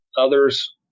others